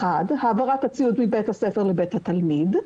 האחת היא העברת הציוד מבית הספר לבית התלמיד,